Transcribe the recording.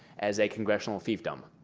as a congressional fiefdom.